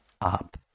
up